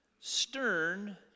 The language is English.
stern